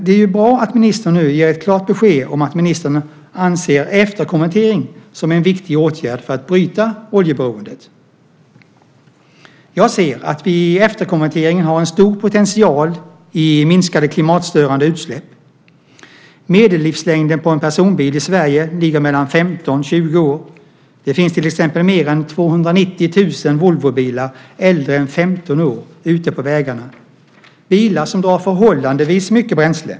Det är bra att ministern nu ger ett klart besked om att ministern ser efterkonvertering som en viktig åtgärd för att bryta oljeberoendet. Jag ser att vi i efterkonverteringen har en stor potential i minskade klimatstörande utsläpp. Medellivslängden på en personbil i Sverige ligger mellan 15 och 20 år. Det finns till exempel mer än 290 000 Volvobilar äldre än 15 år ute på vägarna - bilar som drar förhållandevis mycket bränsle.